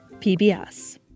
PBS